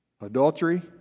Adultery